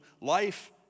life